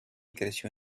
creció